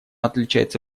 отличается